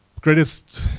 greatest